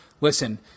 Listen